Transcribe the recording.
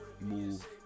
move